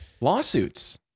lawsuits